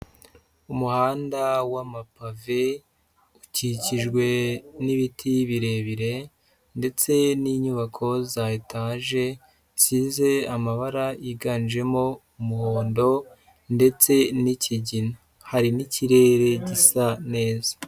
Umuhanda w'amapave, ukikijwe n'ibiti birebire ndetse n'inyubako za etaje zisize amabara yiganjemo umuhondo ndetse n'ikigina. Hari n'ikirere gisa neza.